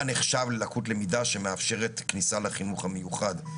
נחשב ללקות למידה שמאפשרת כניסה לחינוך המיוחד.